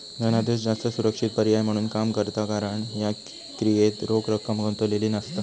धनादेश जास्त सुरक्षित पर्याय म्हणून काम करता कारण ह्या क्रियेत रोख रक्कम गुंतलेली नसता